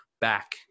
back